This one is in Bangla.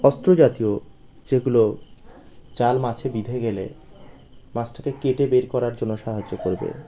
অস্ত্র জাতীয় যেগুলো জাল মাছে বিধে গেলে মাছটাকে কেটে বের করার জন্য সাহায্য করবে